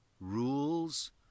rules